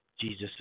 Jesus